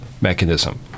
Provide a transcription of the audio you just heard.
mechanism